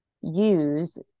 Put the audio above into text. use